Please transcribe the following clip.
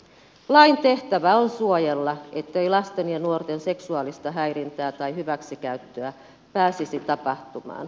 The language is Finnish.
lain tehtävä on suojella ettei lasten ja nuorten seksuaalista häirintää tai hyväksikäyttöä pääsisi tapahtumaan